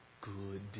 good